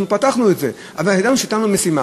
אנחנו פתחנו את זה, אבל ידענו שהייתה לנו משימה.